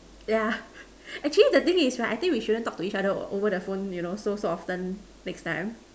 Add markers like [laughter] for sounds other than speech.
yeah [breath] actually the thing is right I think we shouldn't talk to each other over the phone so so often next time